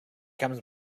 comes